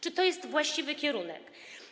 Czy to jest właściwy kierunek?